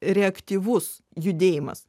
reaktyvus judėjimas